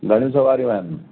घणियूं सवारियूं आहिनि